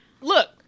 look